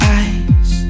eyes